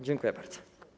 Dziękuję bardzo.